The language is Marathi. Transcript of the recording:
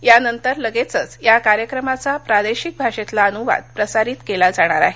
या नंतर लगेचच या कार्यक्रमाचा प्रादेशिक भाषेतला अनुवाद प्रसारित केला जाणार आहे